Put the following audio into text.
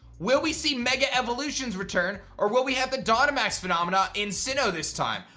will we see mega evolutions return or will we have the dynamax phenomena in sinnoh this time?